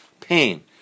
pain